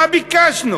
מה ביקשנו?